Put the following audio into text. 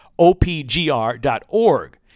opgr.org